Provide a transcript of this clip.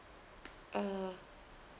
uh